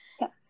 Yes